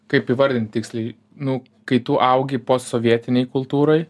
kaip įvardint tiksliai nu kai tu augi posovietinėj kultūroj